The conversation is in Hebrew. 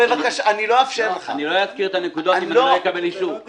לא אזכיר את הנקודות אם לא אקבל אישור.